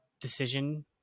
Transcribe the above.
decision